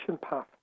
path